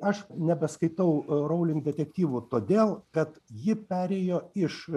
aš nebeskaitau rowling detektyvų todėl kad ji perėjo iš